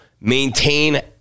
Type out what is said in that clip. maintain